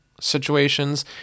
situations